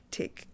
take